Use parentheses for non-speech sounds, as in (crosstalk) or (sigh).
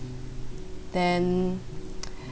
then (noise)